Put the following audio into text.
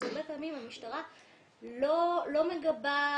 אז הרבה פעמים המשטרה לא מגבה,